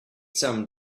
some